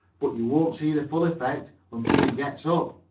but you won't see the full effect until he gets up.